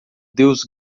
deus